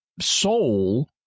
Soul